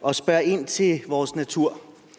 og spørger ind til vores natur.